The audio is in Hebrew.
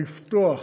לפתוח